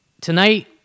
tonight